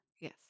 Yes